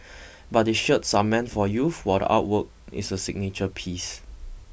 but the shirts are meant for youth while the artwork is a signature piece